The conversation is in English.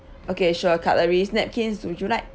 okay sure cutleries napkins would you like